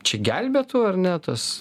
čia gelbėtų ar ne tas